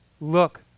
Look